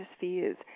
fears